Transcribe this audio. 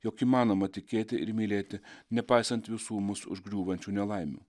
jog įmanoma tikėti ir mylėti nepaisant visų mus užgriūvančių nelaimių